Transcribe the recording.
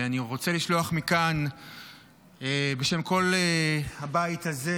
אני רוצה לשלוח מכאן בשם כל הבית הזה,